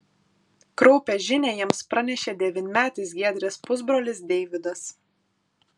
kraupią žinią jiems pranešė devynmetis giedrės pusbrolis deividas